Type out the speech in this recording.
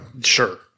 Sure